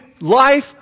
life